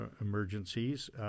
emergencies